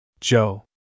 Joe